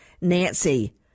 nancy